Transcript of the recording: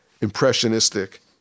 impressionistic